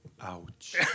Ouch